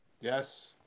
Yes